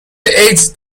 ایدز